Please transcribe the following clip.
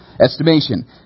estimation